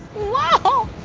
wow